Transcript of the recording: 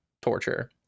torture